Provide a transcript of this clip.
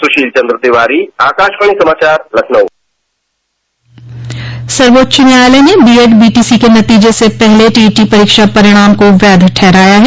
सुशील चंद्र तिवारी आकाशवाणी समाचार लखनऊ सर्वोच्च न्यायालय ने बीएड बीटीसी के नतीजे से पहले टीईटी परीक्षा परिणाम को वैध ठहराया है